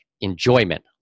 Enjoyment